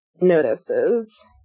notices